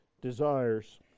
desires